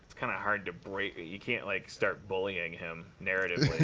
kind of hard to break you can't like start bullying him, narratively.